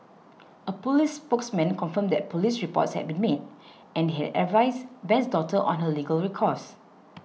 a police spokesman confirmed that police reports had been made and had advised Ben's daughter on her legal recourse